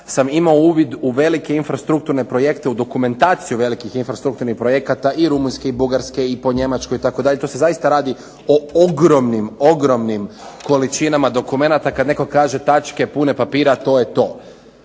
sam imao uvid u velike infrastrukturne projekte, u dokumentaciju velikih infrastrukturnih projekata i Rumunjske i Bugarske i po Njemačkoj itd., i tu se zaista radi o ogromnim, ogromnim količinama dokumenata, kad netko kaže tačke pune papira to je to.